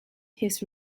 his